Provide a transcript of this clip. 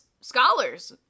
scholars